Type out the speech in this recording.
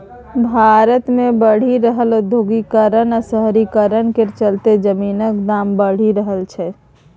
भारत मे बढ़ि रहल औद्योगीकरण आ शहरीकरण केर चलते जमीनक दाम बढ़ि रहल छै